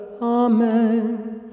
Amen